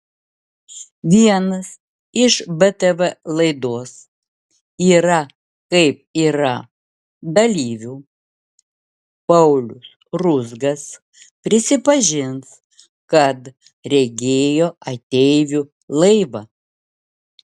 vienas iš btv laidos yra kaip yra dalyvių paulius ruzgas prisipažins kad regėjo ateivių laivą